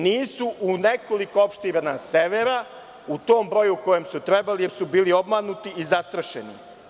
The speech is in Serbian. Nisu u nekoliko opština severa u tom broju u kojem su trebali, jer su bili obmanuti i zastrašeni.